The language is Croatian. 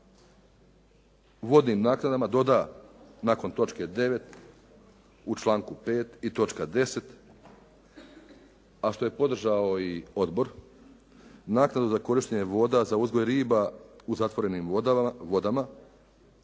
vodnim naknadama doda nakon točke 9. u članku 5. i točka 10. a što je podržao i odbor naknada za korištenje voda za uzgoj riba u zatvorenim vodama